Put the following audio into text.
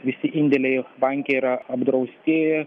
visi indėliai banke yra apdrausti